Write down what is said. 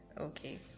okay